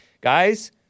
Guys